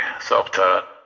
self-taught